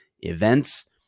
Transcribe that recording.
events